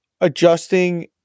adjusting